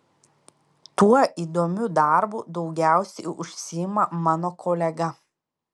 tuo įdomiu darbu daugiausiai užsiima mano kolega